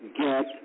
get